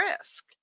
risk